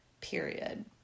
period